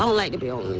um like to be on